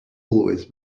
always